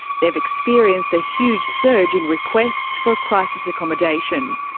they've experienced a huge surge in requests for crisis accommodation.